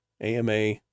AMA